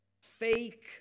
fake